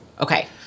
Okay